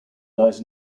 lies